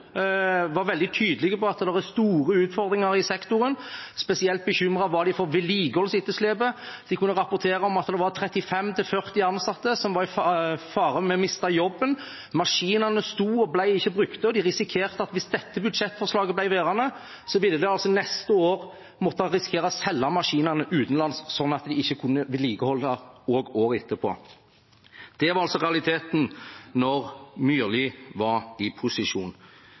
var LO, vennene til Myrli, veldig tydelige på at det var store utfordringer i sektoren. Spesielt bekymret var de for vedlikeholdsetterslepet. De kunne rapportere om at 35–40 ansatte sto i fare for å miste jobben, maskinene sto og ble ikke brukt, og hvis det budsjettforslaget ble stående, ville de det neste året risikere å måtte selge maskinene utenlands, slik at de ikke kunne vedlikeholde året etter. Det var realiteten da Myrli var i posisjon.